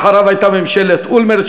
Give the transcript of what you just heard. אחריו הייתה ממשלת אולמרט,